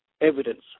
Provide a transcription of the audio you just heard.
evidence